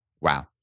Wow